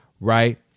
right